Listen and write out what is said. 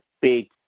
big